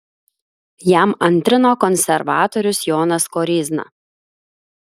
jam antrino konservatorius jonas koryzna